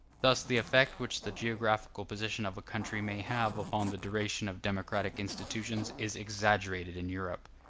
thus the effect which the geographical position of a country may have upon the duration of democratic institutions is exaggerated in europe.